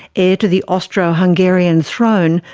heir to the austro-hungarian throne,